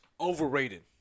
overrated